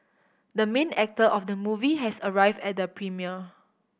the main actor of the movie has arrived at the premiere